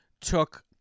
took